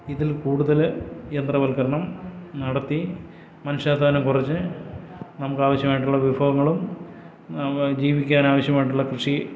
ഇതിൽ കൂടുതല് യന്ത്രവൽക്കരണം നടത്തി മനുഷ്യാധ്വാനം കുറച്ച് നമുക്കാവശ്യമായിട്ടുള്ള വിഭവങ്ങളും ജീവിക്കാനാവശ്യമായിട്ടുള്ള കൃഷി